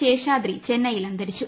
ശേഷാദ്രി ചെന്നൈയിൽ അന്തരിച്ചു